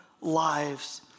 lives